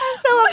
um so